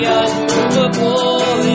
unmovable